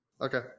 Okay